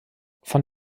von